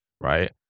right